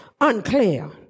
unclear